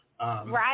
right